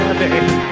baby